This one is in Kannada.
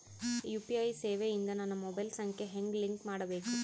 ಯು.ಪಿ.ಐ ಸೇವೆ ಇಂದ ನನ್ನ ಮೊಬೈಲ್ ಸಂಖ್ಯೆ ಹೆಂಗ್ ಲಿಂಕ್ ಮಾಡಬೇಕು?